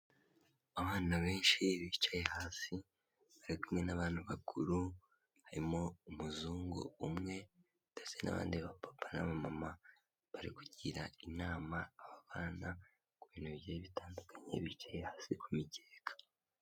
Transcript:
Abana benshi bicaye hasi bari kumwe n'abantu bakuru, harimo umuzungu umwe ndetse n'abandi bapapa n'abamama, bari kugira inama aba bana ku bintu bigiye bitandukanye, bicaye hasi ku mikeka.